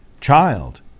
child